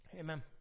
Amen